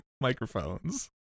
microphones